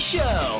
Show